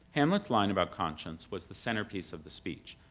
hamlet's line about conscience was the centerpiece of the speech,